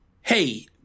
hey